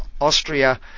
Austria